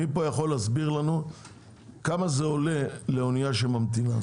מי יכול להסביר לנו כמה זה עולה לאנייה שממתינה?